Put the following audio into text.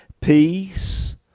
Peace